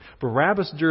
Barabbas